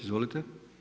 Izvolite.